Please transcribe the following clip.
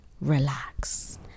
relax